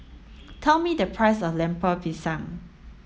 tell me the price of Lemper Pisang